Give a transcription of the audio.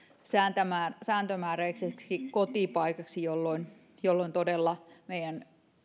sääntömääräiseksi kotipaikaksi jolloin jolloin todella meidän